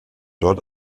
dort